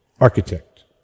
architect